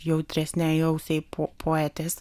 jautresnei ausiai po poetės